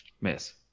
Miss